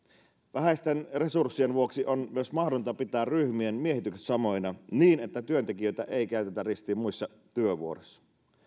vähäisten resurssien vuoksi on myös mahdotonta pitää ryhmien miehitykset samoina niin että työntekijöitä ei käytetä ristiin muissa työvuoroissa